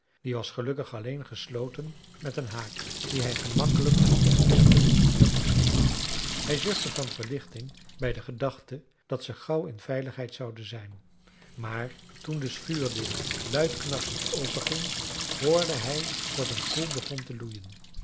die was gelukkig alleen gesloten met een haak dien hij gemakkelijk kon oplichten met een stokje hij zuchtte van verlichting bij de gedachte dat ze gauw in veiligheid zouden zijn maar toen de schuurdeur luid knarsend openging hoorde hij dat een koe begon te loeien